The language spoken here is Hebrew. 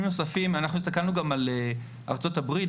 אנחנו הסתכלנו גם על ארצות-הברית,